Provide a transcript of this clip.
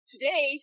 Today